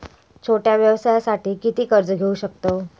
छोट्या व्यवसायासाठी किती कर्ज घेऊ शकतव?